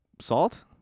salt